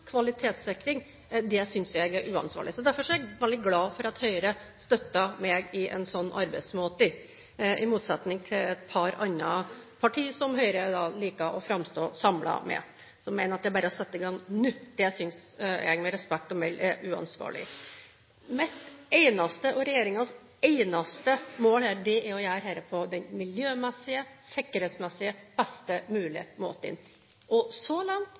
kvalitetssikring synes jeg er uansvarlig. Derfor er jeg veldig glad for at Høyre støtter meg i en sånn arbeidsmåte, i motsetning til et par andre partier som Høyre liker å framstå samlet med, som mener at det bare er å sette i gang nå. Det synes jeg, med respekt å melde, er uansvarlig. Mitt eneste, og regjeringens eneste, mål er å gjøre dette på den miljømessig, sikkerhetsmessig best mulige måten. Så langt er det som har vært lagt fram, og